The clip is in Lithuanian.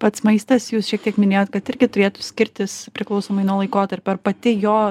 pats maistas jūs šiek tiek minėjot kad irgi turėtų skirtis priklausomai nuo laikotarpio ar pati jo